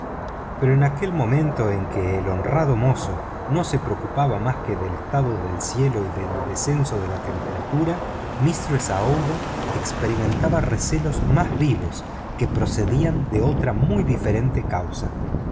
pero en aquel momento en que el honrado mozo no se preocupaba más que del estado del cielo y del descenso de la temperatura mistress aouida experimentaba recelos más vivos que procedían de otra muy diferente causa